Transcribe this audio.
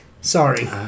Sorry